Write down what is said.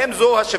האם זה השוויון?